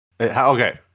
Okay